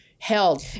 held